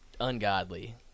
ungodly